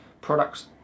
products